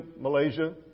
Malaysia